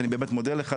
אני באמת מודה לך.